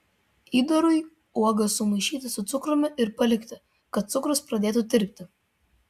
įdarui uogas sumaišyti su cukrumi ir palikti kad cukrus pradėtų tirpti